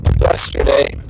yesterday